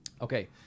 Okay